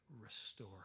Restore